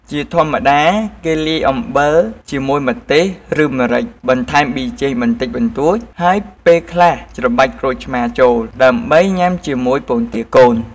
ជាធម្មតា គេលាយអំបិលជាមួយម្ទេស ឬម្រេច បន្ថែមប៊ីចេងបន្តិចបន្តួច ហើយពេលខ្លះច្របាច់ក្រូចឆ្មារចូល ដើម្បីញុំាជាមួយពងទាកូន។